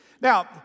Now